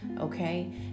okay